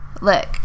look